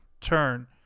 turn